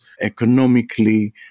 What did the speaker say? economically